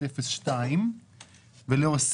לא, החוק לא חל רטרואקטיבית.